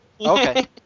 Okay